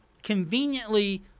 conveniently